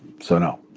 so no.